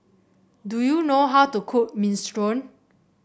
do you know how to cook Minestrone